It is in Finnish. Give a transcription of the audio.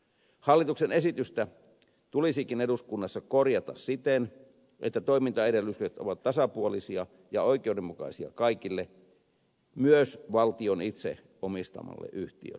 hallituksen esitystä tulisikin eduskunnassa korjata siten että toimintaedellytykset ovat tasapuolisia ja oikeudenmukaisia kaikille myös valtion itse omistamalle yhtiölle